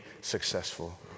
successful